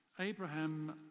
Abraham